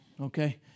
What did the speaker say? Okay